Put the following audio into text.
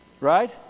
Right